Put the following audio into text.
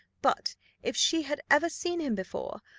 but if she had ever seen him before,